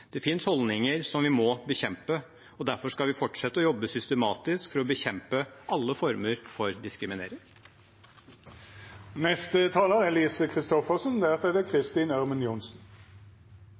Det finnes holdninger som vi må bekjempe. Derfor skal vi fortsette å jobbe systematisk for å bekjempe alle former for